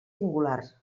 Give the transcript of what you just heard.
singulars